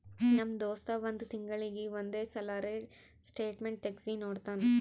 ನಮ್ ದೋಸ್ತ್ ಒಂದ್ ತಿಂಗಳೀಗಿ ಒಂದ್ ಸಲರೇ ಸ್ಟೇಟ್ಮೆಂಟ್ ತೆಗ್ಸಿ ನೋಡ್ತಾನ್